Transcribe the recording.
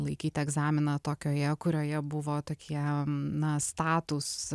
laikyti egzaminą tokioje kurioje buvo tokie na statūs